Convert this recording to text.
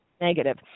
negative